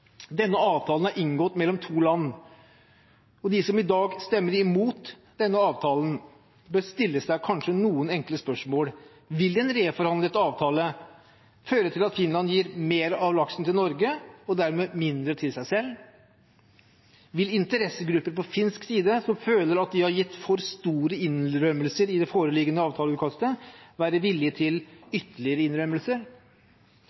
Denne avtalen er inngått mellom to land. De som i dag stemmer imot denne avtalen, bør kanskje stille seg noen enkle spørsmål: Vil en reforhandlet avtale føre til at Finland gir mer av laksen til Norge, og dermed mindre til seg selv? Vil interessegrupper på finsk side, som føler at de har gitt for store innrømmelser i det foreliggende avtaleutkastet, være villige til